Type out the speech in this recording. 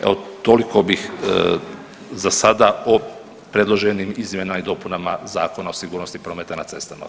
Evo toliko bih za sada o predloženim izmjenama i dopunama Zakona o sigurnosti prometa na cestama.